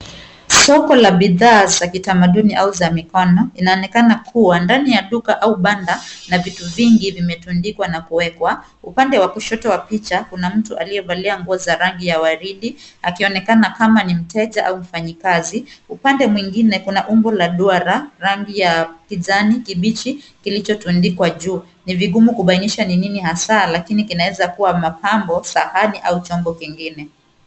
Soko la bidhaa za kitamaduni ama za mikono. Inaonekana kuwa, ndani ya duka au banda, na vitu vingi vimetundikwa na kuwekwa. Upande wa kushoto wa picha, kuna mtu aliyevalia nguo za rangi ya waridi, akionekana kama ni mteja au mfanyikazi. Upande mwingine, kuna ungo la duara rangi ya kijani kibichi kilichotundikwa juu. Ni vigumu kubaainisha ni nini hasaa lakini kinaweza kua mapambo sahani au chombo kingine.